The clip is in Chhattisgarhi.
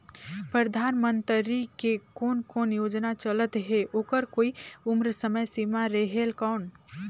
परधानमंतरी के कोन कोन योजना चलत हे ओकर कोई उम्र समय सीमा रेहेल कौन?